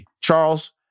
Charles